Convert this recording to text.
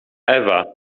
ewa